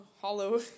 hollow